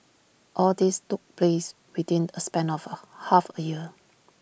all this took place within A span of half A year